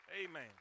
Amen